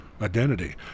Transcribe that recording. identity